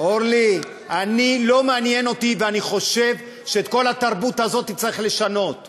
רק אמרתי שגם שר האוצר לשעבר לא